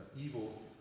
evil